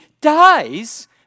dies